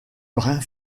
brun